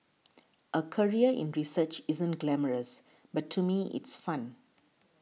a career in research isn't glamorous but to me it's fun